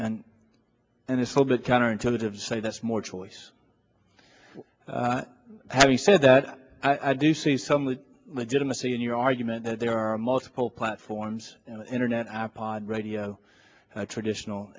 and this whole bit counterintuitive to say that's more choice having said that i do see some legitimacy in your argument that there are multiple platforms internet i pod radio traditional